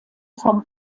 vom